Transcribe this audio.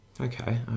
Okay